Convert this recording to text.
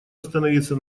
остановиться